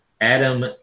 Adam